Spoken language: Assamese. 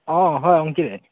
অঁ হয়